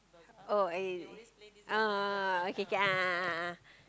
oh okay oh oh okay okay a'ah a'ah a'ah